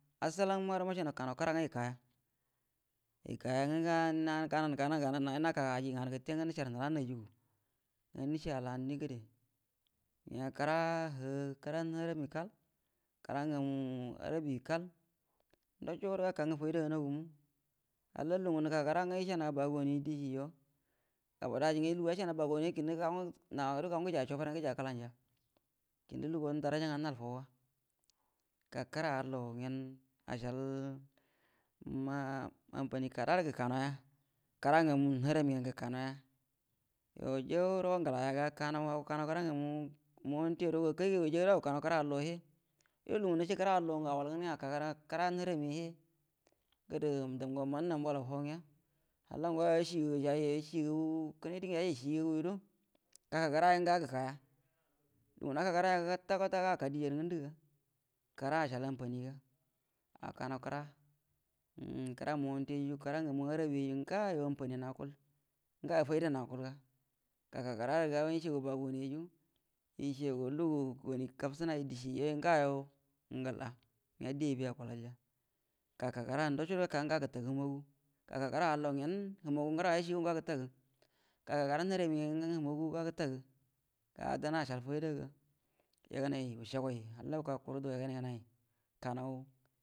Assalan maro macenaw kanaw kira ngwa yakaya ngwə gananu, gananu gananu, gərə nanie naka aji nganu gəte ngwə nəcəar nəla najju e, ngwə nəce al’am die gədəy gəa kəra hə kəra naharami kal, kəra gamu arabi kal nacogudo gaka ngwə fayda anagu, halla lugu ngə nə kəkəra ngwə yəcəanəga basoni dɛcieyo, ajingə lugu yace bagoni yuo naga guəro gua ngwə gəjay ‘a cobay ran gəa gəjay agoya ngə lugu an daraja nganu nal fawga, ka kəra alla gyen acəal anfan’ kada, gə ka naw ya, kira ngamunarami au gəka na monti ‘a guaro akay ga guaya guəro au gəka naw kəra allo he, yao lugu nace kira allongwə auwal gan gyen aka kira monti a’ gədo lamgu manie mballaw faw ngəa, halla go gajay yacie ji gagu dengu yajui yacie ji gagu yuəguəro gaka kira yangə gəga goka ya lugu ngwə naka kira yangwə kwata kwata aga aka dieya rə ngəndu, kira acəal anfaniga kanau kira kira ngamu monti ayyu, kira ngamu arabiyyayu ngawo afafanin akual ngawa faydan ‘akual ga lugu goni kabcəana ayrə decie, yuo yu gawo ngala gaka kira ndaco guəro goga gəte gə numoguə, gaka kira allogyen humugu ngəra gəga gətego, gakə kira nahawami gyen humugu gəga gətegu, ngawo dan na acəal fayda ga, yagənay wucəayguau halla wuka kuru duguay yuganu.